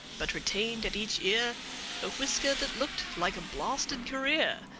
but retained at each ear a whisker that looked like a blasted career.